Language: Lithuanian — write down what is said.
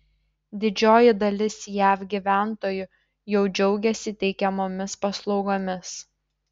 didžioji dalis jav gyventojų jau džiaugiasi teikiamomis paslaugomis